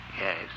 Yes